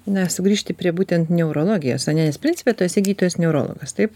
na sugrįžti prie būtent neurologijosane nes principe tu esi gydytojas neurologas taip